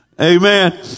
Amen